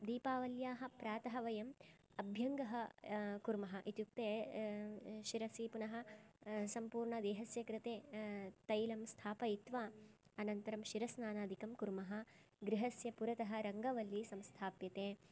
दीपावल्याः प्रातः वयम् अभ्यङ्गः कुर्मः इत्युक्ते शिरसि पुनः सम्पूर्णदेहस्य कृते तैलं स्थापयित्वा अनन्तरं शिरस्नानादिकं कुर्मः गृहस्य पुरतः रङ्गवल्ली संस्थाप्यते